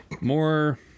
more